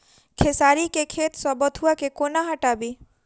खेसारी केँ खेत सऽ बथुआ केँ कोना हटाबी